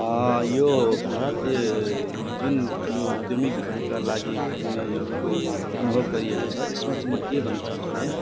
यो भारतीय जुन यो उद्योमिकहरूका लागि खुल्ने योगको अनुभव गरिएको छ यसमा चाहिँ म के भन्न चाहन्छु भने